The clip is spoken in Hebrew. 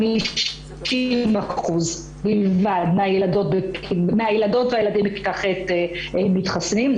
50% בלבד מהילדות והילדים בכיתה ח' מתחסנים,